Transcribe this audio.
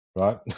right